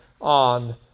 on